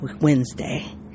Wednesday